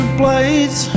blades